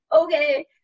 okay